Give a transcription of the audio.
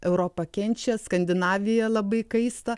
europa kenčia skandinavija labai kaista